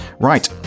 Right